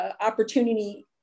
opportunity